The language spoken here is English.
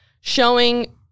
showing